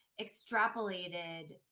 extrapolated